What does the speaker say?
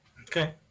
Okay